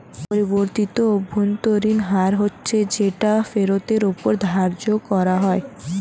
পরিবর্তিত অভ্যন্তরীণ হার হচ্ছে যেটা ফেরতের ওপর ধার্য করা হয়